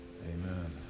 Amen